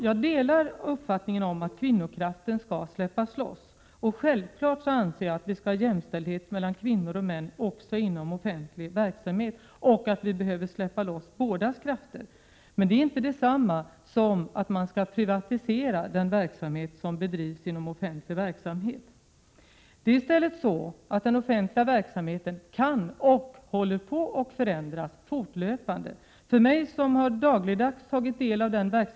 Jag delar uppfattningen att kvinnokraften skall släppas loss. Självfallet anser jag att vi skall ha jämställdhet mellan kvinnor och män också inom offentlig verksamhet och att både kvinnors och mäns krafter behöver släppas loss. Men det är inte detsamma som att man skall privatisera den verksamhet som bedrivs i offentlig regi. Den offentliga verksamheten kan förändras och håller fortlöpande på att förändras. Jag som dagligdags under en följd av år tagit del av den Prot.